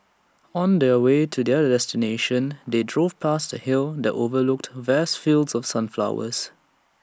on the way to their destination they drove past A hill that overlooked vast fields of sunflowers